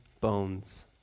bones